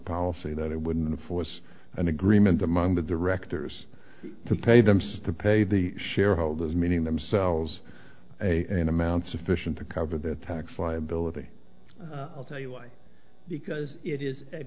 policy that it wouldn't force an agreement among the directors to pay them says to pay the shareholders meaning themselves a an amount sufficient to cover their tax liability i'll tell you why because it is